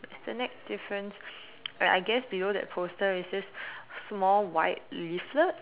it's the next difference uh I guess below that poster it says small white leaflet